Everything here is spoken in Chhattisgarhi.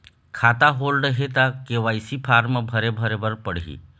खाता होल्ड हे ता के.वाई.सी फार्म भरे भरे बर पड़ही?